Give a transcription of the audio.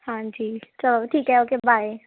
ਹਾਂਜੀ ਚਲੋ ਠੀਕ ਹੈ ਓਕੇ ਬਾਏ